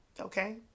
Okay